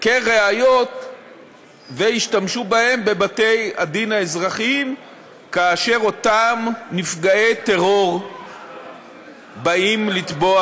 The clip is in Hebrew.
כראיות וישתמשו בהם בבתי-הדין האזרחיים כאשר אותם נפגעי טרור באים לתבוע